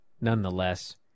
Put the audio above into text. nonetheless